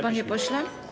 panie pośle.